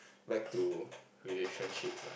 back to relationships ah